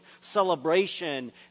celebration